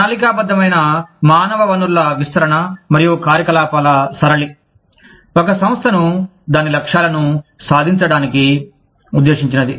ప్రణాళికాబద్ధమైన మానవ వనరుల విస్తరణ మరియు కార్యకలాపాల సరళి ఒక సంస్థను దాని లక్ష్యాలను సాధించడానికి ఉద్దేశించినది